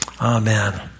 Amen